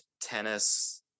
tennis